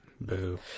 Boo